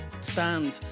stand